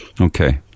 Okay